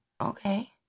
Okay